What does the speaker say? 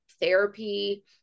therapy